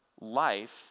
life